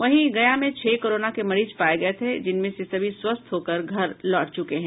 वहीं गया में छह कोरोना के मरीज पाये गये थे जिनमें से सभी स्वस्थ होकर घर लौट चुके हैं